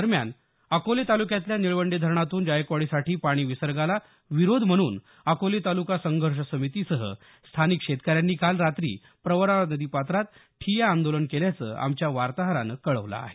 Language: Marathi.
दरम्यान अकोले तालुक्यातल्या निळवंडे धरणातून जायकवाडीसाठी पाणीविसर्गाला विरोध म्हणून अकोले तालुका संघर्ष समितीसह स्थानिक शेतकऱ्यांनी काल रात्री प्रवरा नदीपात्रात ठिय्या आंदोलन केल्याचं आमच्या वार्ताहरानं कळवलं आहे